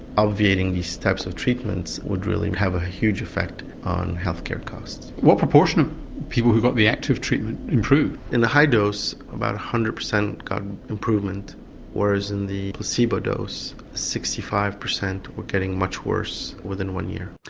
obviating these types of treatments would really have a huge effect on health care costs. what proportion of people who got the active treatment improved? in the high dose about one hundred percent got improvement whereas in the placebo dose sixty five percent were getting much worse within one year.